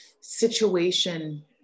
situation